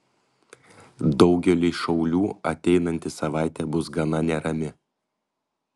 daugeliui šaulių ateinanti savaitė bus gana nerami